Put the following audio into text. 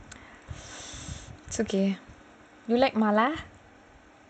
it's okay you like mala